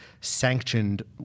sanctioned